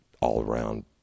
all-around